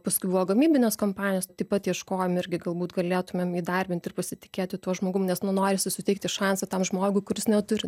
paskui buvo gamybinės kompanijos taip pat ieškojom irgi galbūt galėtumėm įdarbint ir pasitikėti tuo žmogum nes nu norisi suteikti šansą tam žmogui kuris neturi